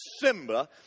Simba